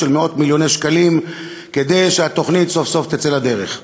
מאות-מיליוני שקלים כדי שהתוכנית סוף-סוף תצא לדרך.